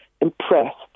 impressed